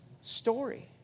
story